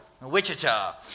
Wichita